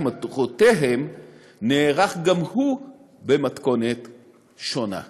מטרותיהם נערך גם הוא במתכונת שונה.